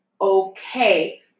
okay